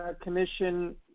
Commission